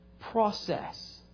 process